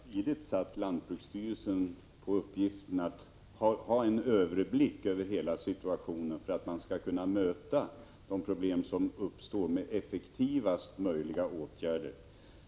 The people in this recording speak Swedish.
Fru talman! Jag har redan tidigt satt lantbruksstyrelsen på uppgiften att ha en överblick över hela situationen, för att vi skall kunna möta de problem som uppstår med effektivaste möjliga åtgärder.